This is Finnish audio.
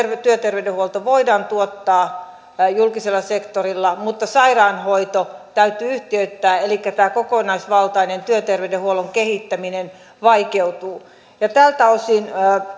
työterveydenhuolto voidaan tuottaa julkisella sektorilla mutta sairaanhoito täytyy yhtiöittää elikkä tämä kokonaisvaltainen työterveydenhuollon kehittäminen vaikeutuu tältä osin